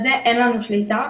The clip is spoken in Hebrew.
על זה אין לנו שליטה,